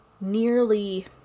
nearly